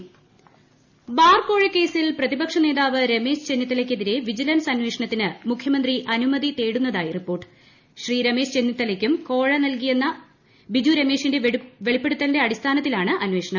ബാർകോഴക്കേസ് bar കോഴക്കേസിൽ പ്രതിപ്പ്ക്ഷ് നേതാവ് രമേശ് ചെന്നിത്തലയ് ക്കെതിരെ വിജിലൻസ് അന്ന്വേഷണത്തിന് മുഖ്യമന്ത്രി അനുമതി നൽകിയതായി റിപ്പോർട്ട് ് രമേശ് ചെന്നിത്തലയ്ക്കും കോഴ നൽകിയെന്ന ബിജു രമേശിന്റെ വെളിപ്പെടുത്തലിന്റെ അടിസ്ഥാനത്തിലാണ് അന്വേഷണം